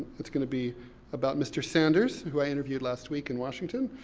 it's going to be about mr. sanders, who i interviewed last week in washington.